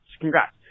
Congrats